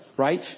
Right